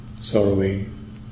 sorrowing